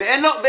ואין לו כלום.